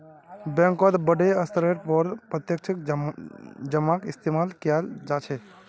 बैंकत बडे स्तरेर पर प्रत्यक्ष जमाक इस्तेमाल कियाल जा छे